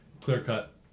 clear-cut